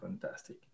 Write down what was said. fantastic